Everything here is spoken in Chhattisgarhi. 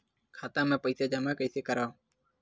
खाता म पईसा जमा कइसे करव?